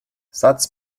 satz